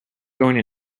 going